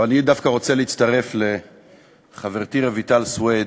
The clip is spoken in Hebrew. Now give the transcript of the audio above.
אבל אני דווקא רוצה להצטרף לחברתי רויטל סויד,